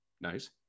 nice